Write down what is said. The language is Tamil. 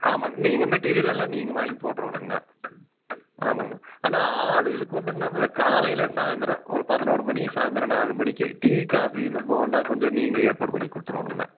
ஆமாம்ங்க நீங்கள் மெட்டீரியல்லெல்லாம் நீங்கள் வாங்கிபோட்டுறனுங்க அண்ணா ஆமாம்ங்க அண்ணா அண்ணா ஆளுக்களுக்கு வந்துங்க அண்ணா காலையில சாயந்தரம் ஒரு பதினோரு மணி சாயந்தரம் நாலு மணிக்கு டீ காஃபி இந்த போண்டா கொஞ்சம் நீங்கள் ஏற்பாடு பண்ணிகொடுத்துறோனுங்க அண்ணா